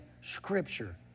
scripture